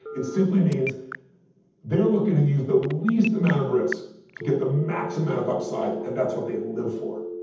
it simply means they're looking to use the least amount of risk to get the max amount of upside, and that's what they live for.